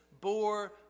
bore